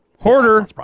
Hoarder